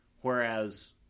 whereas